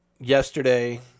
yesterday